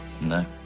no